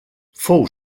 fou